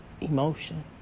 emotion